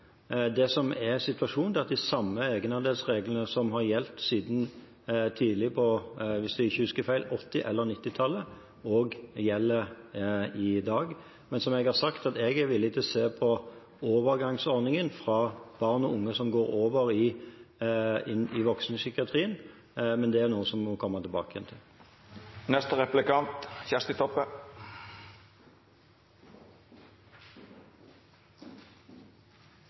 Det som er situasjonen, er at de samme egenandelsreglene som har gjeldt siden tidlig på 1980- eller 1990-tallet – hvis jeg ikke husker feil – også gjelder i dag. Som jeg har sagt, er jeg villig til å se på overgangsordningen for barn og unge som går over til voksenpsykiatrien, men det er noe vi må komme tilbake